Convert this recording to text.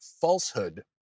falsehood